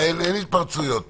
אין התפרצויות פה.